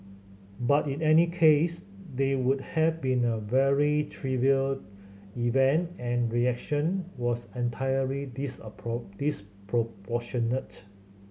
but in any case they would have been a very trivial event and reaction was entirely disproportionate